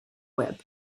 webb